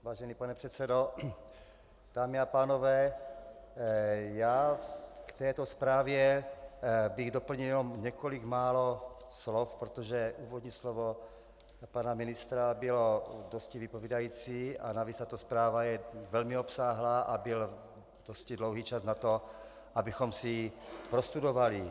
Vážený pane předsedo, dámy a pánové, k této zprávě bych doplnil jen několik málo slov, protože úvodní slovo pana ministra bylo dosti vypovídající a navíc tato zpráva je velmi obsáhlá a byl dosti dlouhý čas na to, abychom si ji prostudovali.